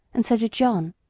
and so did john.